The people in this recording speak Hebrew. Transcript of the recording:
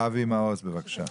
אבי מעוז, בבקשה.